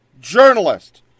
journalist